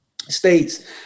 states